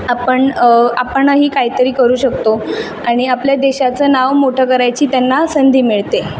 आपण आपणही काहीतरी करू शकतो आणि आपल्या देशाचं नाव मोठं करायची त्यांना संधी मिळते